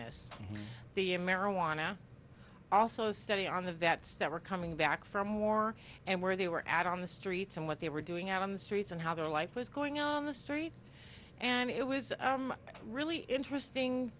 this be a marijuana also study on the vets that were coming back from war and where they were add on the streets and what they were doing out on the streets and how their life was going on the street and it was really interesting